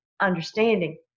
understanding